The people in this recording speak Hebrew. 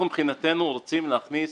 אנחנו מבחינתנו רוצים להכניס